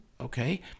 okay